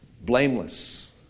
blameless